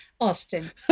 Austin